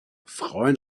frauen